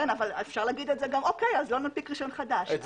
כן, אבל אפשר להגיד שלא ננפיק רישיון חדש.